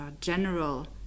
general